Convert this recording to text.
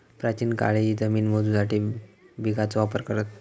प्राचीन काळीही जमिनी मोजूसाठी बिघाचो वापर करत